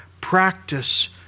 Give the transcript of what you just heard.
practice